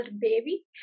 baby